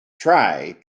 try